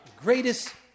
Greatest